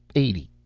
eighty,